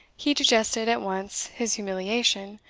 he digested at once his humiliation,